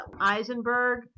Eisenberg